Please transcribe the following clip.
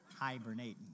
Hibernating